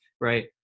right